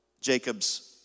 Jacob's